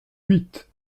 huit